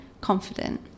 Confident